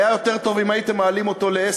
היה יותר טוב אם הייתם מעלים ל-10%,